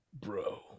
bro